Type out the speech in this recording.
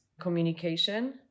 communication